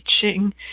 teaching